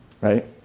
right